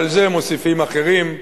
על זה מוסיפים אחדים: